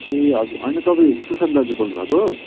ए हजुर होइन तपाईँ सुसन दाजु बोल्नु भएको